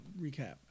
recap